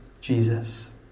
Jesus